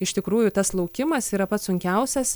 iš tikrųjų tas laukimas yra pats sunkiausias